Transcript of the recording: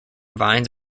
vines